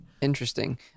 Interesting